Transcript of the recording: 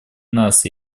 нас